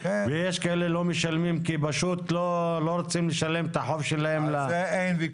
ויש כאלה שלא משלמים פשוט כי לא רוצים לשלם את החוב שלהם לרשות.